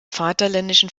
vaterländischen